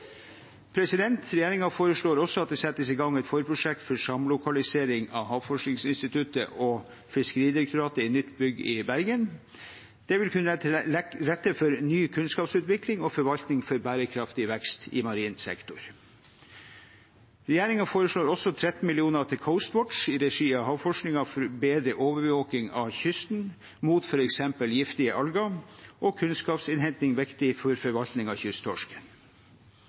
også at det settes i gang et forprosjekt for samlokalisering av Havforskningsinstituttet og Fiskeridirektoratet i et nytt bygg i Bergen. Det vil kunne legge til rette for ny kunnskapsutvikling og forvaltning for bærekraftig vekst i marin sektor. Regjeringen foresla?r også 13 mill. kr til Coastwatch, i regi av Havforskningsinstituttet, for bedre å overva?ke kysten mot f.eks. giftige alger og hente inn kunnskap som er viktig for forvaltning av kysttorsken.